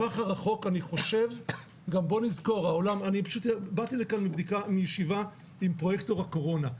באתי לכאן מישיבה עם פרויקטור הקורונה.